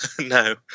No